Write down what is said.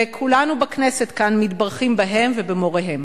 וכולנו בכנסת כאן מתברכים בהם ובמוריהם.